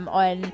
on